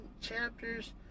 chapters